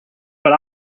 but